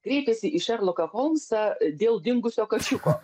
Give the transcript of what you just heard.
kreipėsi į šerloką holmsą dėl dingusio kačiuko